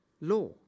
law